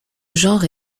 genre